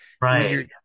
Right